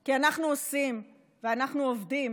כי אנחנו עושים ואנחנו עובדים.